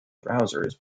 browsers